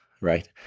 right